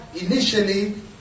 initially